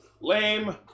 Lame